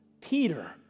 Peter